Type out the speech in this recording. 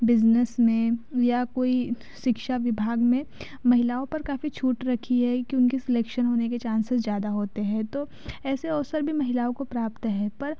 business में या कोई शिक्षा विभाग में महिलाओं पर काफ़ी छूट रखी है क्योंकि सेलेक्शन होने के चांसेस ज़्यादा होते हैं तो ऐसे अवसर भी महिलाओं को प्राप्त है पर